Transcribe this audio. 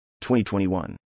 2021